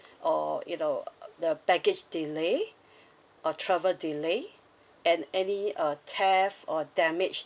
or you know the package delay or travel delay and any uh theft or damaged